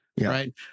Right